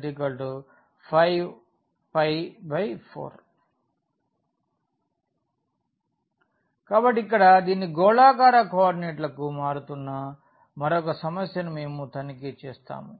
2π4z 23z dz 5π4 కాబట్టి ఇక్కడ దీని గోళాకార కోఆర్డినేట్లకు మారుతున్న మరొక సమస్యను మేము తనిఖీ చేస్తాము